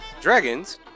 Dragons